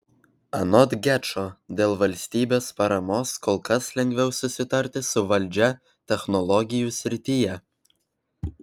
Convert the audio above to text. anot gečo dėl valstybės paramos kol kas lengviau susitarti su valdžia technologijų srityje